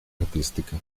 artística